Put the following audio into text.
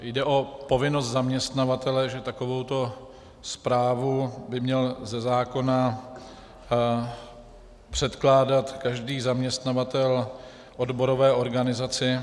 Jde o povinnost zaměstnavatele, že takovouto zprávu by měl ze zákona předkládat každý zaměstnavatel odborové organizaci.